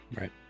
Right